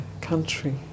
country